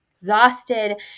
exhausted